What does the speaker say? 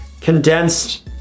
condensed